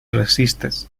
resistes